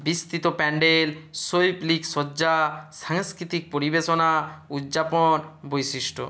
বিস্তৃত প্যান্ডেল শৈল্পিক সজ্জা সাংস্কৃতিক পরিবেশনা উদযাপন বৈশিষ্ট্য